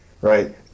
right